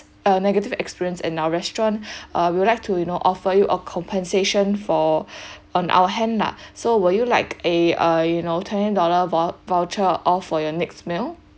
uh negative experience in our restaurant uh we would like to you know offer you a compensation for on our hand lah so will you like a uh you know twenty dollar vou~ voucher off for your next meal